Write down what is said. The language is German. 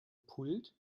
pult